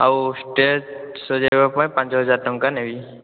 ଆଉ ଷ୍ଟେଜ୍ ସଜାଇବା ପାଇଁ ପାଞ୍ଚ ହଜାର ଟଙ୍କା ନେବି